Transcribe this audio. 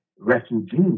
refugees